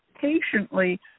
patiently